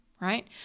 right